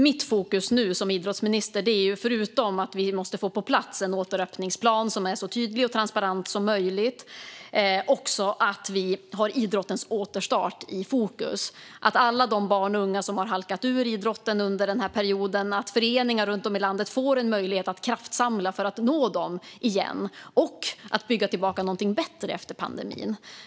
Mitt fokus som idrottsminister är nu, förutom att vi måste få på plats en återöppningsplan som är så tydlig och transparent som möjligt, att vi har idrottens återstart i fokus och att föreningar runt om i landet får en möjlighet att kraftsamla för att åter nå alla de barn och unga som har halkat ur idrotten under den här perioden och bygga någonting bättre efter pandemin.